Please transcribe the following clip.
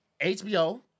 HBO